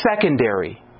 secondary